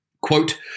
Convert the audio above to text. Quote